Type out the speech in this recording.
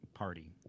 party